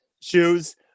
Shoes